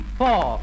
four